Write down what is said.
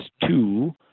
two